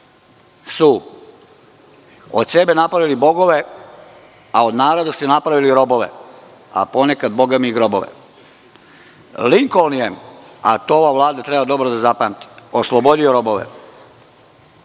su od sebe napravili bogove, a od naroda su napravili robove, a ponekad i grobove. Linkoln je, a to ova Vlada treba dobro da zapamti, oslobodio robove.